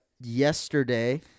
yesterday